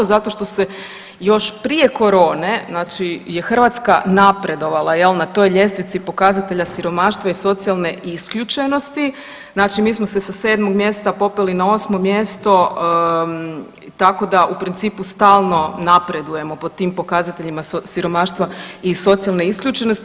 Zato što su se još prije korone znači je Hrvatska napredovala jel na toj ljestvici pokazatelja siromaštva i socijalne isključenosti, znači mi smo se sa 7. mjesta popeli na 8. mjesto, tako da u principu stalno napredujemo po tim pokazateljima siromaštva i socijalne isključenosti.